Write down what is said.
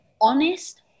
honest